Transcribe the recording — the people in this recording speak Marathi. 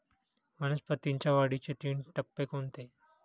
वनस्पतींच्या वाढीचे तीन टप्पे कोणते?